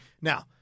Now